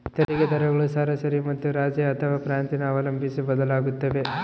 ತೆರಿಗೆ ದರಗಳು ಸರಾಸರಿ ಮತ್ತು ರಾಜ್ಯ ಅಥವಾ ಪ್ರಾಂತ್ಯನ ಅವಲಂಬಿಸಿ ಬದಲಾಗುತ್ತವೆ